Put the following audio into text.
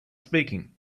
speaking